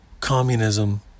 communism